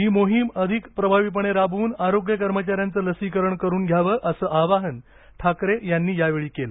ही मोहीम अधिक प्रभावीपणे राबवून आरोग्य कर्मचाऱ्यांचं लसीकरण करुन घ्यावं असं आवाहन ठाकरे यांनी यावेळी केलं